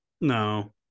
no